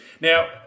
Now